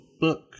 book